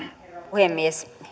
puhemies